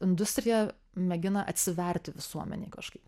industrija mėgina atsiverti visuomenei kažkaip